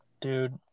Dude